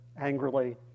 angrily